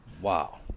Wow